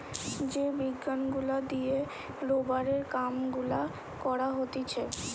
যে বিজ্ঞান গুলা দিয়ে রোবারের কাম গুলা করা হতিছে